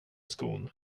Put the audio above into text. skon